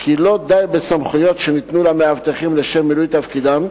כי לא די בסמכויות שניתנו למאבטחים לשם מילוי תפקידם,